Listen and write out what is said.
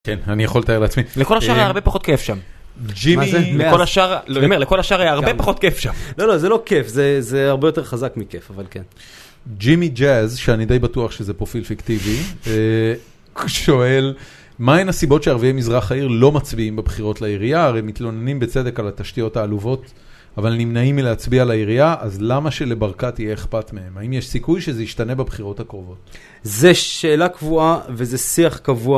כן, אני יכול לתאר לעצמי. לכל השאר היה הרבה פחות כיף שם. ג'ימי... כל השאר, לא, אני אומר, לכל השאר היה הרבה פחות כיף שם. לא, לא, זה לא כיף, זה הרבה יותר חזק מכיף, אבל כן. ג'ימי ג'אז, שאני די בטוח שזה פרופיל פיקטיבי, שואל, מה הן הסיבות שערביי מזרח העיר לא מצביעים בבחירות לעירייה? הרי הם מתלוננים בצדק על התשתיות העלובות, אבל נמנעים מלהצביע לעירייה, אז למה שלברקת יהיה אכפת מהם? האם יש סיכוי שזה ישתנה בבחירות הקרובות? זה שאלה קבועה וזה שיח קבוע.